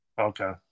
okay